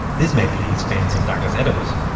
this may please fans of douglas adams,